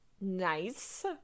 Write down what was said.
nice